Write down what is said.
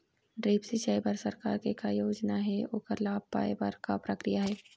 Drip सिचाई बर सरकार के का योजना हे ओकर लाभ पाय बर का प्रक्रिया हे?